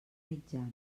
mitjana